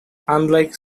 unlike